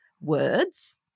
words